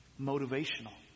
motivational